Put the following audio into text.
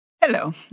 Hello